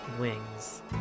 wings